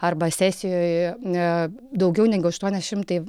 arba sesijoj ne daugiau negu aštuoni šimtai